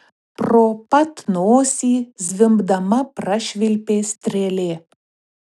pro pat nosį zvimbdama prašvilpė strėlė